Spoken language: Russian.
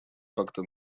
факты